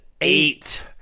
eight